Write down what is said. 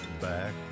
back